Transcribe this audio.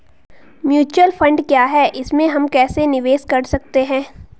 Mutual fund क्या है इसमें हम कैसे निवेश कर सकते हैं?